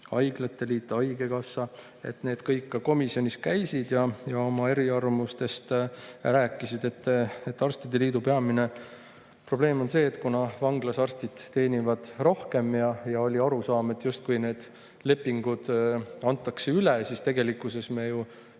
Liit, [Eesti] Haigekassa –, kõik ka komisjonis käisid ja oma eriarvamustest rääkisid. Arstide liidu peamine probleem on see, et kuna vanglas arstid teenivad rohkem, siis oli arusaam, justkui need lepingud antakse üle, aga tegelikkuses me